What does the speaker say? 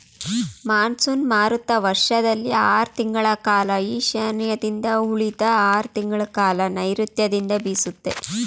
monsoon ಮಾರುತ ವರ್ಷದಲ್ಲಿ ಆರ್ ತಿಂಗಳ ಕಾಲ ಈಶಾನ್ಯದಿಂದ ಉಳಿದ ಆರ್ ತಿಂಗಳಕಾಲ ನೈರುತ್ಯದಿಂದ ಬೀಸುತ್ತೆ